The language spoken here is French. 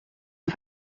n’a